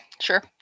sure